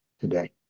today